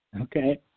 Okay